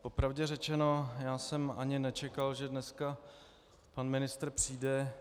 Po pravdě řečeno, já jsem ani nečekal, že dneska pan ministr přijde.